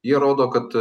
jie rodo kad